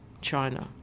China